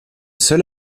seul